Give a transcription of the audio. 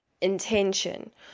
intention